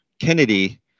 Kennedy